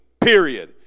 period